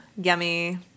Yummy